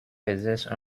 exercent